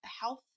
health